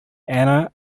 anna